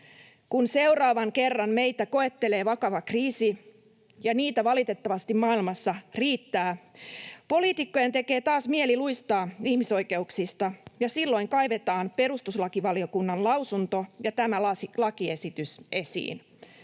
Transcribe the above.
”Kun seuraavan kerran meitä koettelee vakava kriisi, ja niitä valitettavasti maailmassa riittää, poliitikkojen tekee taas mieli luistaa ihmisoikeuksista, ja silloin kaivetaan perustuslakivaliokunnan lausunto ja tämä lakiesitys esiin.